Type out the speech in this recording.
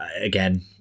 again